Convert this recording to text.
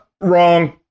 Wrong